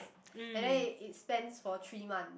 and then it it spans for three month